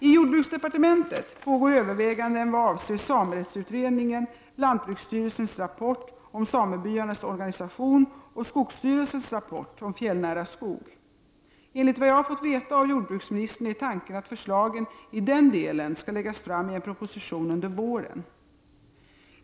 I jordbruksdepartementet pågår överväganden vad avser samerättsutredningen, lantbruksstyrelsens rapport om samebyarnas organisation och skogsstyrelsens rapport om fjällnära skog. Enligt vad jag fått veta av jordbruksministern är tanken att förslagen i den delen skall läggas fram i en proposition under våren.